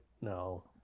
no